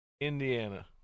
Indiana